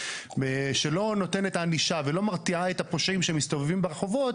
שלא נותנת ענישה ולא מרתיעה את הפושעים שמסתובבים ברחובות,